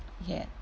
yet